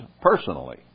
personally